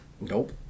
Nope